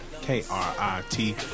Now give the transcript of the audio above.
K-R-I-T